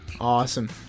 Awesome